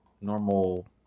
normal